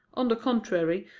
on the contrary,